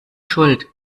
schuld